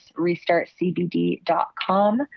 RestartCBD.com